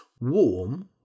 Warm